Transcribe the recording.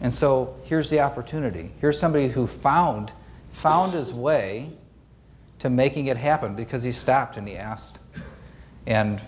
and so here's the opportunity here's somebody who found found his way to making it happen because he stopped in the asked and